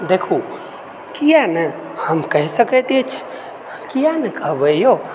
देखू किआ नहि हम कहि सकैत अछि किआ नहि कहबै यौ